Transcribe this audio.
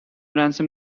ransom